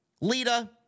Lita